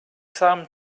some